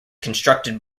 constructed